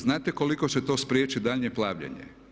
Znate koliko će to spriječiti daljnje plavljenje?